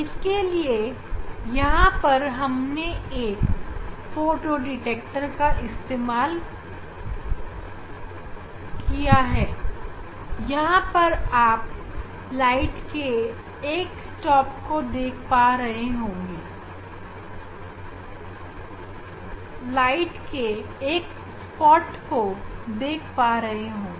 इसके लिए यहां पर हम एक फोटो डिटेक्टर का इस्तेमाल करेंगे यहां पर आप प्रकाश के एक धब्बा देख पा रहे होंगे